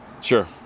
Sure